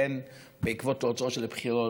בין בעקבות תוצאות של בחירות,